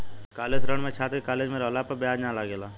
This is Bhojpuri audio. कॉलेज ऋण में छात्र के कॉलेज में रहला पर ब्याज ना लागेला